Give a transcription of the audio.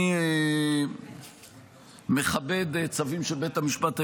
אני מכבד צווים של בית המשפט העליון,